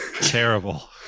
terrible